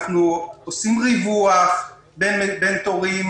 אנחנו עושים ריווח בין תורים,